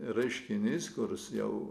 reiškinys kuris jau